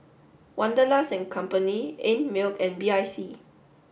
Wanderlust Company Einmilk and B I C